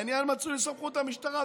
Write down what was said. העניין מצוי בסמכות המשטרה,